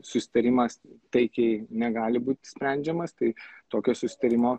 susitarimas taikiai negali būt išsprendžiamas tai tokio susitarimo